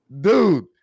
dude